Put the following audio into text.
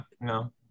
no